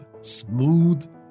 smooth